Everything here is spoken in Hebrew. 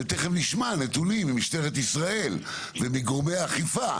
ותכף נשמע נתונים ממשטרת ישראל ומגורמי אכיפה,